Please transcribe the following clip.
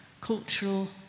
cultural